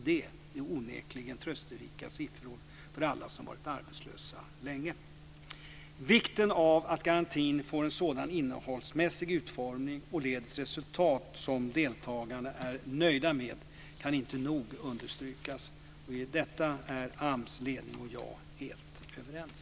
Det är onekligen trösterika siffror för alla som varit arbetslösa länge. Vikten av att garantin får en sådan innehållsmässig utformning och leder till resultat som deltagarna är nöjda med kan inte nog understrykas. I detta är AMS ledning och jag helt överens.